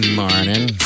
morning